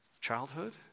Childhood